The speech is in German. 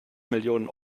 millionen